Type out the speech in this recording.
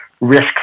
risk